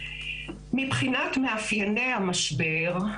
מבחינת מאפייני המשבר,